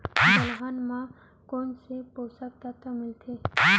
दलहन म कोन से पोसक तत्व मिलथे?